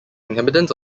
inhabitants